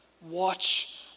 Watch